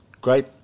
great